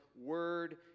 word